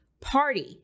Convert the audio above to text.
party